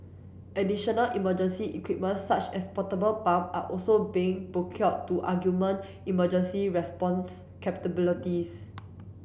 additional emergency equipment such as portable pump are also being procured to arguement emergency response capabilities